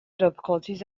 difficulties